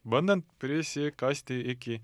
bandant prisikasti iki